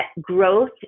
growth